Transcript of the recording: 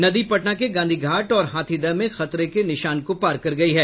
नदी पटना के गांधी घाट और हाथीदह में खतरे के निशान को पार कर गयी है